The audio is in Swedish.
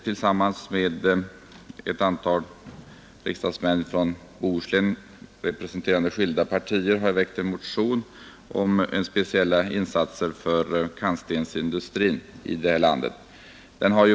Tillsammans med ett antal riksdagsmän från Bohuslän, representerande skilda partier, har jag väckt en motion om speciella insatser för kantstensindustrin i landet.